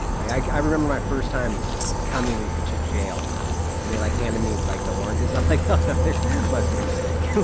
i remember my first time coming to jail and they like handed me like the oranges. i'm like, oh, no. there must be a mistake.